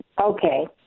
Okay